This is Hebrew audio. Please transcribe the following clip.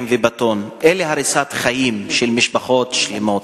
ובטון אלא הריסת חיים של משפחות שלמות.